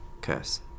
curse